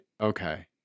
Okay